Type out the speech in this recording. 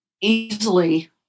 easily